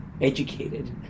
educated